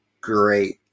great